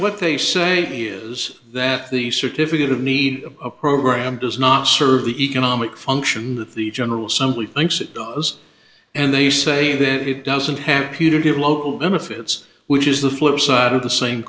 what they say is that the certificate of need of a program does not serve the economic function that the general simply thinks it does and they say that it doesn't happy to give local benefits which is the flip side of the same